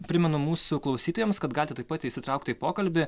primenu mūsų klausytojams kad galite taip pat įsitraukti į pokalbį